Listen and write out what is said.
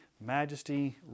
majesty